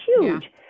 huge